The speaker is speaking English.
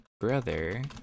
Brother